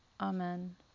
Amen